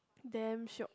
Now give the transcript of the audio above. damn shiok